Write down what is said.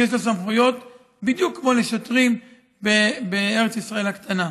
יש להם סמכויות בדיוק כמו לשוטרים בארץ ישראל הקטנה.